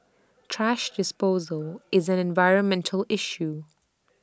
thrash disposal is an environmental issue